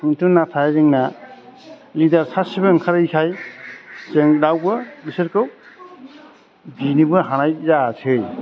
खिन्तु नाथाय जोंना लिडार सासेबो ओंखारैखाय जों रावबो बिसोरखौ बिनोबो हानाय जायासै